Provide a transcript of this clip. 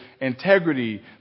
integrity